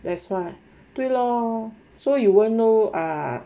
that's why 对 lor so you won't know ah